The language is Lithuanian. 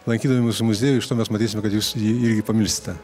lankydami mūsų muziejų iš to mes matysime kad jūs jį irgi pamilsite